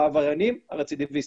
בעבריינים הרצידיביסטיים.